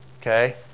okay